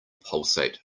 pulsate